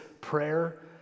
prayer